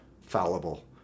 fallible